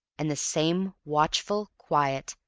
and the same watchful, quiet,